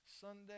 Sunday